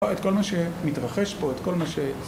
את כל מה שמתרחש פה, את כל מה ש...